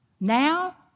now